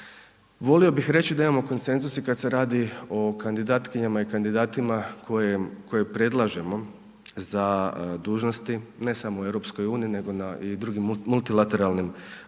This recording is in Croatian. Volio bih reći da imamo konsenzus i kada se radi o kandidatkinjama i kandidatima koje predlažemo za dužnosti ne samo u EU nego u drugim multilateralnim